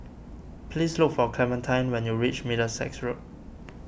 please look for Clementine when you reach Middlesex Road